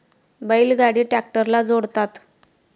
बैल गाडी ट्रॅक्टरला जोडतात